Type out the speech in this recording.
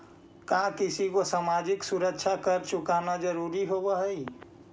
का किसी को सामाजिक सुरक्षा कर चुकाना जरूरी होवअ हई